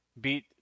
beat